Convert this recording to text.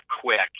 quick